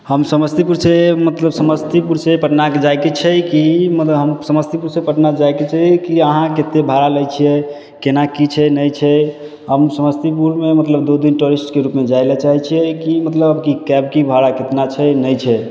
हम समस्तीपुर से मतलब समस्तीपुर से पटनाके जाइके छै कि मतलब हम समस्तीपुर से पटना जाइके छै कि अहाँ कते भाड़ा लै छियै केना कि छै नहि छै हम समस्तीपुरमे मतलब दू दिन टोरिस्टके रूपमे जाइ लै चाहै छियै कि मतलब कि कैब की भाड़ा केतना छै नहि छै